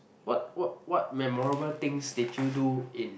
what what what memorable things did you do in